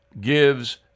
gives